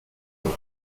make